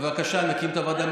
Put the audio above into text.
בבקשה, נקים את הוועדה.